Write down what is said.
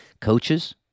Coaches